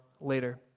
later